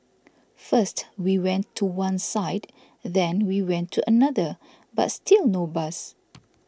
first we went to one side then we went to another but still no bus